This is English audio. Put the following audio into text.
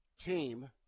team